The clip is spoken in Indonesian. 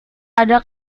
ada